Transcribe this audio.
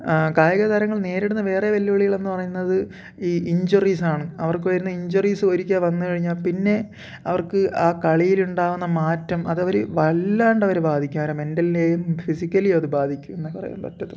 കായിക താരങ്ങൾ നേരിടുന്ന വേറെ വെല്ലുവിളികൾ എന്നു പറയുന്നത് ഈ ഇഞ്ച്വറീസാണ് അവർക്ക് വരുന്ന ഇഞ്ച്വറീസ് ഒരിക്കൽ വന്നു കഴിഞ്ഞാൽ പിന്നെ അവർക്ക് ആ കളിയിലുണ്ടാവുന്ന മാറ്റം അതവർ വല്ലാണ്ടവരെ ബാധിക്കും അവരുടെ മെൻ്റലിനേയും ഫിസിക്കലിയും അത് ബാധിക്കും എന്നേ പറയാൻ പറ്റത്തുള്ളൂ